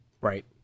Right